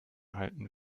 halten